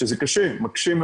שזה מקשה מאוד.